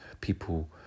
people